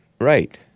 right